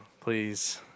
Please